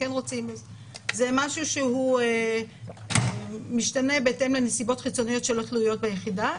זה משתנה בהתאם לנסיבות חיצוניות שלא תלויות ביחידה.